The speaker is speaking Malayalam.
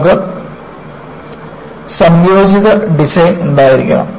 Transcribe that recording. നമുക്ക് സംയോജിത ഡിസൈൻ ഉണ്ടായിരിക്കണം